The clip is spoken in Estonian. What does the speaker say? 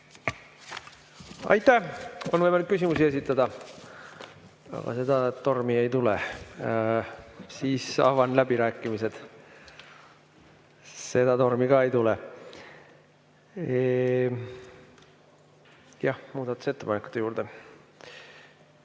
Aitäh! On võimalik küsimusi esitada, aga seda tormi ei tule. Siis avan läbirääkimised. Seda tormi ka ei tule. Muudatusettepanekute juurde.